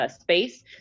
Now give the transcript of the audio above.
space